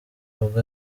rugo